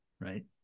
right